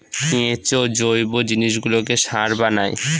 কেঁচো জৈব জিনিসগুলোকে সার বানায়